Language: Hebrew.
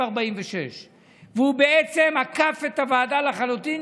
46. הוא בעצם עקף את הוועדה לחלוטין.